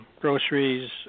groceries